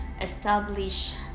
Establish